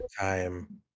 time